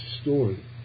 story